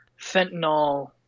fentanyl